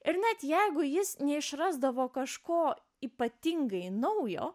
ir net jeigu jis neišrasdavo kažko ypatingai naujo